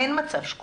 אין מצב של שקופים.